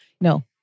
No